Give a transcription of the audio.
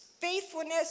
faithfulness